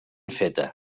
feta